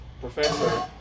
professor